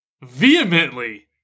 vehemently